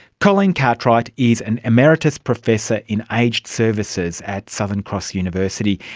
colleen cartwright is an emeritus professor in aged services at southern cross university,